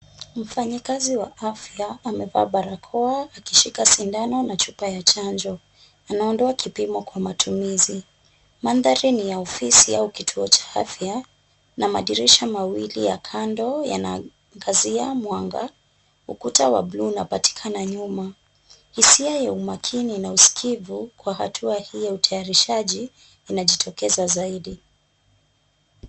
Mfanyi kazi wa afya amevaa barakoa akishika sindano na chupa ya chanjo anaondoa kipimo Kwa matumizi mandhari ni ya ofisi au kituo cha afya na madirisha mawili ya kando yanaangazia mwanga. Ukuta wa bluu unapatikana nyuma, Hisia ya umakini na uskiifu kwa hatua ii ya utayarishaji unajitokeza zaidi.